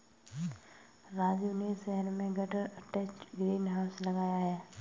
राजू ने शहर में गटर अटैच्ड ग्रीन हाउस लगाया है